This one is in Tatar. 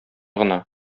гына